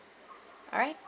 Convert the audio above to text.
alright